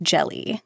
Jelly